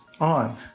on